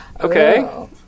Okay